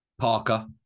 Parker